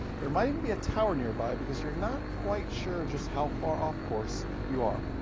there might even be a tower nearby because you're not quite sure just how far off course you are.